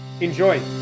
Enjoy